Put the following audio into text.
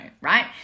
right